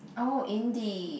oh indie